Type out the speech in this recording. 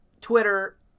Twitter